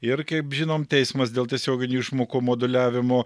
ir kaip žinom teismas dėl tiesioginių išmokų moduliavimo